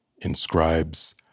inscribes